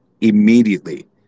immediately